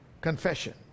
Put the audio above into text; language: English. confession